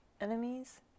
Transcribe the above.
enemies